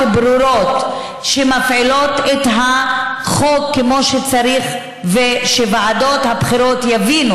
ברורות שמפעילות את החוק כמו שצריך ושוועדות הבחירות יבינו